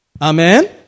Amen